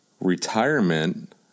Retirement